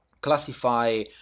classify